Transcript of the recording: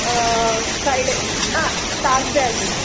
Friday Thursday అండి